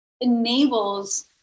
enables